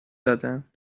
دادن